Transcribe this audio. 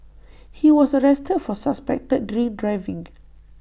he was arrested for suspected drink driving